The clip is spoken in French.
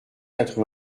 quatre